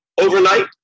overnight